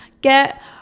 get